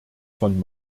von